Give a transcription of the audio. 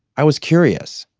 i was curious.